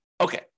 Okay